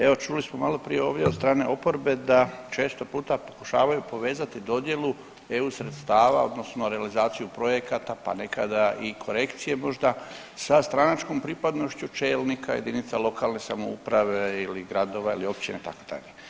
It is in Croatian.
Evo čuli smo malo prije ovdje od strane oporbe da često puta pokušavaju povezati dodjelu EU sredstava, odnosno realizaciju projekata, pa nekada i korekcije moda sa stranačkom pripadnošću čelnika jedinica lokalne samouprave ili gradova ili općina itd.